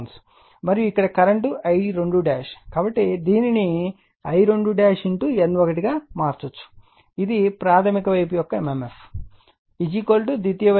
మరియు ఇక్కడ current I2 కాబట్టి దీనిని I2 N1 గా మార్చవచ్చు ఇది ప్రాధమిక వైపు యొక్క mmf ద్వితీయ వైపు యొక్క mmf N2 I2